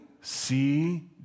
see